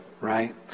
right